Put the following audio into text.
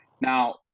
Now